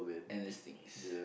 endless things